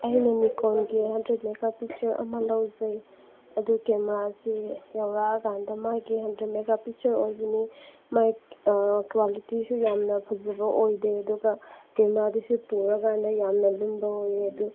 ꯑꯩꯅ ꯅꯤꯛꯀꯣꯟꯒꯤ hundred mega pixel ꯑꯃ ꯂꯧꯖꯩ ꯑꯗꯨ ꯀꯦꯃꯦꯔꯥ ꯑꯁꯤ ꯌꯧꯔꯛꯑꯀꯥꯟꯗ ꯃꯥꯒꯤ ꯍꯟꯗ꯭ꯔꯦꯠ ꯃꯦꯒꯥ ꯄꯤꯛꯁꯦꯜ ꯑꯣꯏꯕꯅꯤ ꯃꯥꯏ ꯀ꯭ꯋꯥꯂꯤꯇꯤꯁꯨ ꯌꯥꯝꯅ ꯐꯖꯕ ꯑꯣꯏꯗꯦ ꯑꯗꯨꯒ ꯀꯦꯃꯦꯔꯥꯗꯨꯁꯨ ꯄꯨꯔꯀꯥꯟꯗ ꯌꯥꯝꯅ ꯂꯨꯝꯕ ꯑꯣꯏꯌꯦ ꯑꯗꯨ